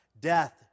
Death